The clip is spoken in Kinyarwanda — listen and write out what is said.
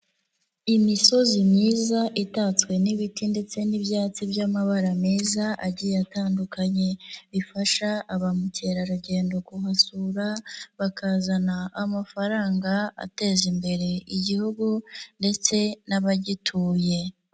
Imisozi myiza itatswe n'ibiti ndetse n'ibyatsi by'amabara meza agiye atandukanye, bifasha ba mukerarugendo kuhasura, bakazana amafaranga ateza imbere igihugu ndetse n'abagituye.